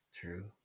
True